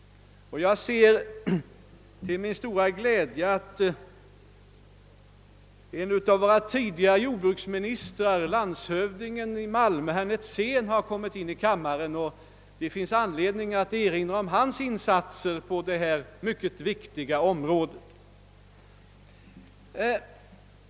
Jag ser till min stora glädje att en av våra förutvarande jordbruksministrar, landshövdingen i Malmö herr Netzén, har kommit in i kammaren. Det finns anledning att erinra om hans insatser på detta mycket viktiga område.